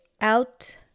out